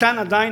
אפשר עדיין,